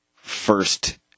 first